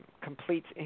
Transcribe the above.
completes